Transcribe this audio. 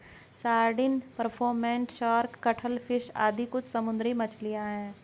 sardine, pomfret, shark, cuttlefish आदि कुछ समुद्री मछलियाँ हैं